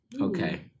Okay